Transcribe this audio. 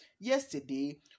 yesterday